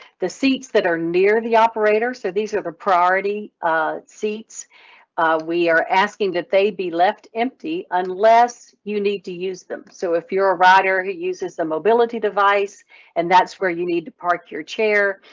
the seats that are near the operator so these are the priority seats we are asking that they be left empty unless you need to use them. so if you're a rider that uses the mobility device and that's where you need to park your chair.